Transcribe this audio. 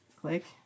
Click